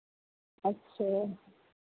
अच्छा